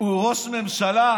הוא ראש ממשלה?